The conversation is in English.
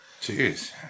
Cheers